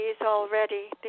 already